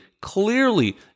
clearly